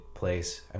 place